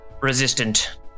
resistant